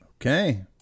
Okay